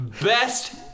best